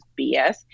BS